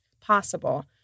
possible